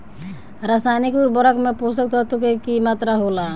रसायनिक उर्वरक में पोषक तत्व के की मात्रा होला?